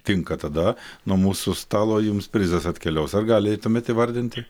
tinka tada nuo mūsų stalo jums prizas atkeliaus ar galėtumėt įvardinti